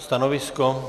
Stanovisko?